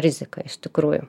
riziką iš tikrųjų